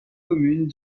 communes